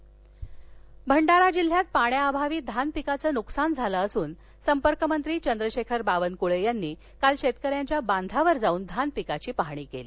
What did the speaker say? भंडारा भंडारा जिल्ह्यात पाण्याअभावी धान पिकांचं नुकसान झालं असून संपर्क मंत्री चंद्रशेखर बावनकुळे यांनी काल शेतकऱ्यांच्या बांधावर जाऊन धान पिकांची पाहणी केली